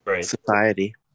society